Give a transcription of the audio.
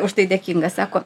už tai dėkinga sako